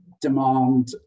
demand